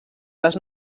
les